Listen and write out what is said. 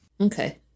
Okay